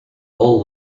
all